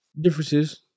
Differences